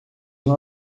uma